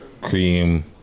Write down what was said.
cream